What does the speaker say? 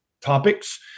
topics